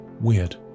Weird